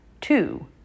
Two